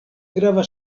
grava